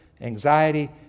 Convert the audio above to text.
anxiety